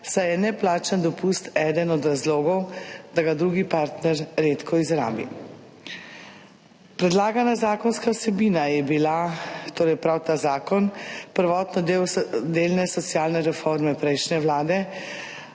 saj je neplačan dopust eden od razlogov, da ga drugi partner redko izrabi. Predlagana zakonska vsebina je bila, torej prav ta zakon, prvotno del delne socialne reforme prejšnje vlade,